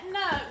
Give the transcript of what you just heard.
no